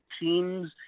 teams